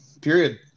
period